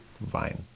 vine